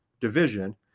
division